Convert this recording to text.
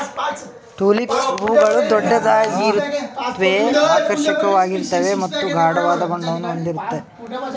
tulips ಹೂಗಳು ದೊಡ್ಡದಾಗಿರುತ್ವೆ ಆಕರ್ಷಕವಾಗಿರ್ತವೆ ಮತ್ತು ಗಾಢವಾದ ಬಣ್ಣವನ್ನು ಹೊಂದಿರುತ್ವೆ